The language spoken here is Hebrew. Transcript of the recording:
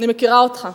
אני מכירה אותך,